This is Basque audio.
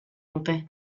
dute